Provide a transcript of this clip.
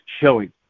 showing